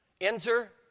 Enter